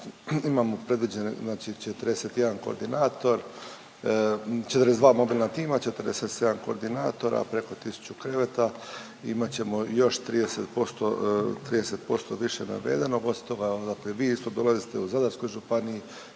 imamo predviđene znači 41 koordinator, 42 mobilna tima, 47 koordinatora, preko 1000 krevete. Imat ćemo još 30% više navedenog, osim toga odakle vi isto dolazite u Zadarskoj županiji